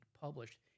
published